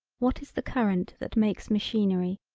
what is the current that makes machinery,